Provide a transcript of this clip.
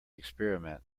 experiment